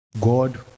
God